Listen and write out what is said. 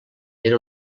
era